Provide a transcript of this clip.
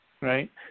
right